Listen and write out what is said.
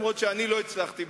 אם כי אני לא הצלחתי,